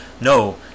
no